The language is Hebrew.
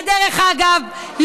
ודרך אגב,